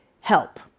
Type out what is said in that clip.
help